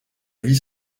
vie